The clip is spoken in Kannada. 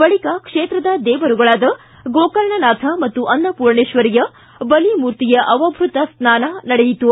ಬಳಿಕ ಕ್ಷೇತ್ರದ ದೇವರುಗಳಾದ ಗೋಕರ್ಣನಾಥ ಹಾಗೂ ಅನ್ನಪೂರ್ಣೇಶ್ವರಿಯ ಬಲಿ ಮೂರ್ತಿಯ ಅವಭೃತ ಸ್ನಾನ ನಡೆಯಿತು